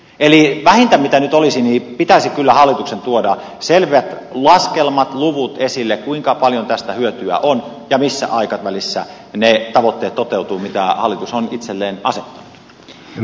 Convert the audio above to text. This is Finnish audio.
eli vähintä mitä nyt voisi tehdä olisi se että hallitus toisi selvät laskelmat luvut esille kuinka paljon tästä hyötyä on ja millä aikavälillä ne tavoitteet toteutuvat mitä hallitus on itselleen asettanut